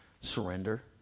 Surrender